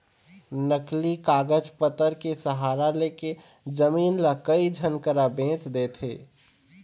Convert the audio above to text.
नकली कागज पतर के सहारा लेके जमीन ल कई झन करा बेंच देथे